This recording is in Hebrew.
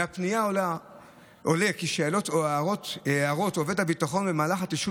מהפנייה עולה כי שאלות או הערות עובד הביטחון במהלך התשאול